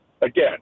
again